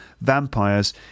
vampires